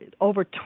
over